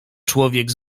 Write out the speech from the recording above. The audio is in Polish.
człowiek